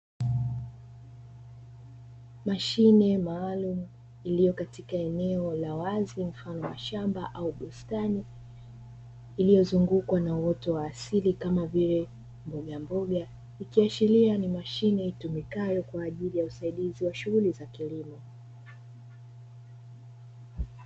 Mashine maalumu iliyo katika eneo la wazi mfano wa shamba au bustani, iliyozungukwa na uoto wa asili kama vile mbogamboga, ikiashiria ni mashine itumikayo kwa ajili ya usaidizi wa shughuli za kilimo.